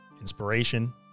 inspiration